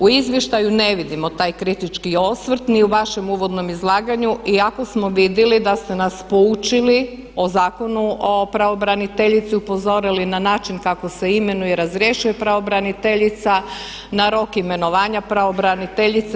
U izvještaju ne vidimo taj kritički osvrt ni u vašem uvodnom izlaganju, iako smo vidili da ste nas poučili o Zakonu o pravobraniteljici, upozorili na način kako se imenuje i razrješuje pravobraniteljica, na rok imenovanja pravobraniteljice.